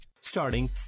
Starting